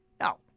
No